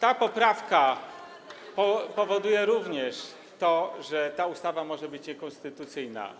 Ta poprawka powoduje również to, że ta ustawa może być niekonstytucyjna.